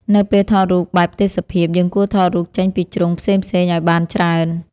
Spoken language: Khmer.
នៅពេលថតរូបបែបទេសភាព យើងគួរថតរូបចេញពីជ្រុងផ្សេងៗឱ្យបានច្រើន។